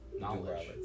Knowledge